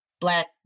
Black